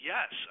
Yes